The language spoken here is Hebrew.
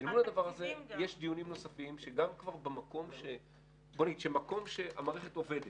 יש דיונים נוספים ואני אומר שמקום שהמערכת עובדת,